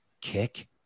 kick